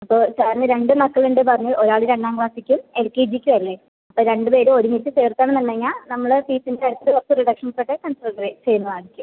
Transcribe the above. ഇപ്പോൾ സാറിന് രണ്ട് മക്കൾ ഉണ്ട് പറഞ്ഞ് ഒരാള് രണ്ടാം ക്ലാസ്സിക്കും എൽ കെ ജിക്കും അല്ലെ അപ്പം രണ്ട് പേരെ ഒരുമിച്ച് ചേർക്കണന്ന് ഉണ്ടെങ്കിൽ നമ്മള് ഫീസിൻ്റ എട്ട് പത്ത് റിഡക്ഷൻസ് ഒക്കെ കൺസിഡർ ചെയ്യുന്നതായിരിക്കും